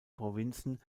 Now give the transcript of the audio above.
provinzen